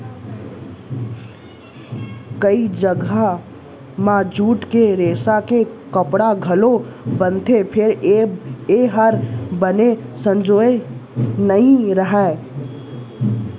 कइ जघा म जूट के रेसा के कपड़ा घलौ बनथे फेर ए हर बने संजोर नइ रहय